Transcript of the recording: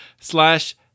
slash